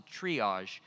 triage